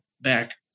back